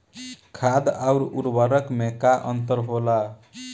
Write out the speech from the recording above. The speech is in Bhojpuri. खाद्य आउर उर्वरक में का अंतर होला?